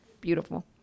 beautiful